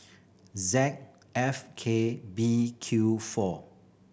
Z F K B Q four